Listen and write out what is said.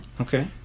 Okay